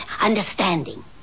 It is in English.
understanding